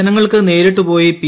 ജനങ്ങൾക്ക് നേരിട്ട് പോയി പി